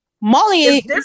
Molly